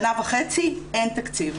שנה וחצי אין תקציב.